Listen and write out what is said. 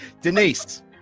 Denise